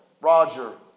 Roger